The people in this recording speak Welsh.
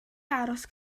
aros